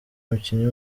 umukinnyi